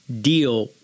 deal